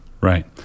Right